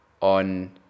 on